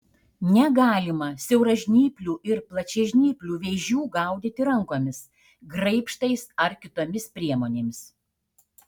negalima siauražnyplių ir plačiažnyplių vėžių gaudyti rankomis graibštais ar kitomis priemonėmis